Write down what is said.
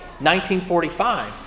1945